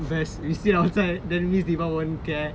we sit outside then miss diva won't care